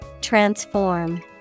transform